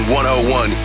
101